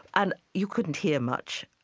and you couldn't hear much,